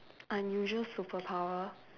unusual superpower